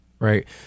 right